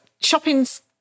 shopping's